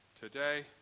Today